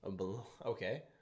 Okay